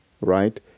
right